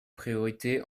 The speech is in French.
priorité